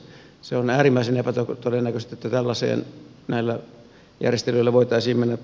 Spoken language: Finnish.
se on äärimmäisen epätodennäköistä että tällaiseen näillä järjestelyillä voitaisiin mennä